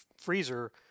freezer